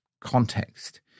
context